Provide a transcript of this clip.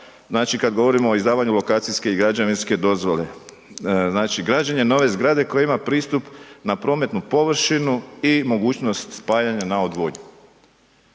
znači, kad govorimo o izdavanju lokacijske i građevinske dozvole. Znači, građenje nove zgrade koja ima pristup na prometnu površinu i mogućnost spajanja na odvodnju